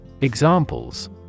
Examples